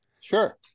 sure